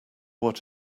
what